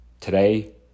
Today